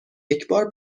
یکبار